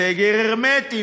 סגר הרמטי,